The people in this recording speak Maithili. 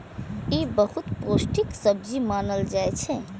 ई बहुत पौष्टिक सब्जी मानल जाइ छै